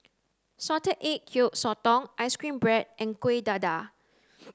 salted egg Yolk Sotong ice cream bread and Kuih Dadar